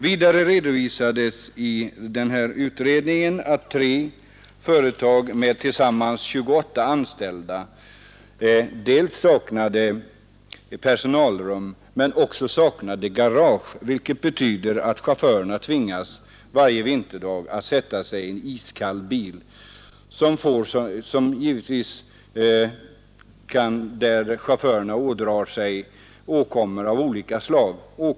Vidare redovisas i undersökningen att tre företag med tillsammans 28 anställda saknade personalrum och dessutom garage, vilket betyder att chaufförerna varje vinterdag tvingas att sätta sig i iskalla bilar, något som givetvis medför att chaufförerna ådrar sig åkommor av olika slag.